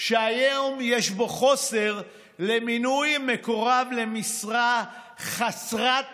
שהיום יש בו חוסר למינוי מקורב למשרה חסרת חשיבות.